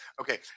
Okay